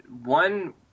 one